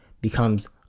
becomes